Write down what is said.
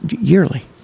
yearly